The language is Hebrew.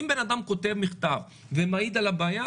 אם בן-אדם כותב מכתב ומעיד על הבעיה,